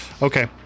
okay